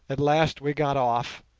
at last we got off,